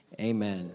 Amen